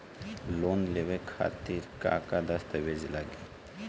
Loan लेवे खातिर का का दस्तावेज लागी?